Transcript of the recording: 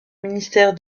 ministère